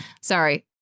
Sorry